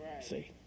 See